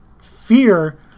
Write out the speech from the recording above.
fear